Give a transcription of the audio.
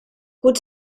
pot